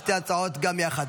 על שתי ההצעות גם יחד.